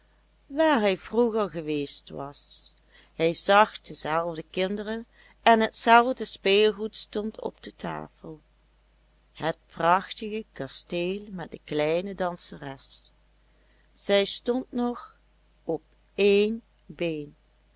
waar hij vroeger geweest was hij zag dezelfde kinderen en hetzelfde speelgoed stond op de tafel het prachtige kasteel met de kleine danseres zij stond nog op één been